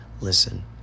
listen